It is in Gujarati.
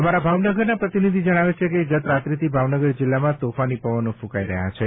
અમારા ભાવનગરના પ્રતિનિધિ જણાવે છે કે ગત રાત્રિથી ભાવનગર જિલ્લામાં તોફાની પવનો ફૂંકાઈ રહ્યા છે